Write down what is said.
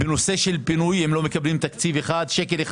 בנושא של בינוי הם לא מקבלים שקל אחד.